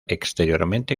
exteriormente